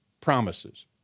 promises